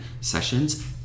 sessions